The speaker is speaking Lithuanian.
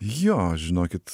jo žinokit